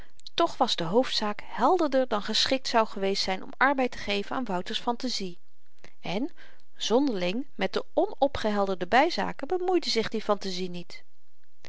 toch was de hoofdzaak helderder dan geschikt zou geweest zyn om arbeid te geven aan wouters fantazie en zonderling met de onopgehelderde byzaken bemoeide zich die fantazie niet